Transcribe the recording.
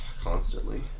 constantly